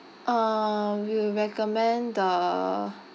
uh we will recommend the